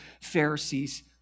Pharisee's